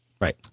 Right